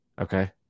Okay